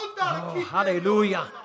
hallelujah